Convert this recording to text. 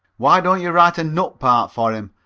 why don't you write a nut part for him?